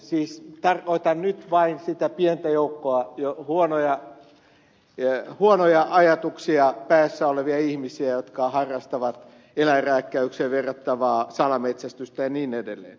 siis tarkoitan nyt vain sitä pientä joukkoa ihmisiä joilla on huonoja ajatuksia päässä ja jotka harrastavat eläinrääkkäykseen verrattavaa salametsästystä ja niin edelleen